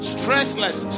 Stressless